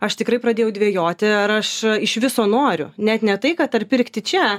aš tikrai pradėjau dvejoti ar aš iš viso noriu net ne tai kad ar pirkti čia